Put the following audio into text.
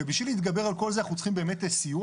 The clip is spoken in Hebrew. ובשביל להתגבר על כל זה אנחנו צריכים באמת סיוע.